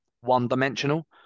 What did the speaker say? one-dimensional